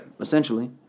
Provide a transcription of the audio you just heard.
Essentially